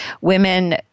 Women